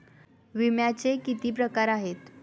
विम्याचे किती प्रकार आहेत?